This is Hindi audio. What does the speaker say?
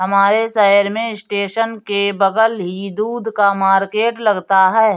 हमारे शहर में स्टेशन के बगल ही दूध का मार्केट लगता है